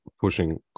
pushing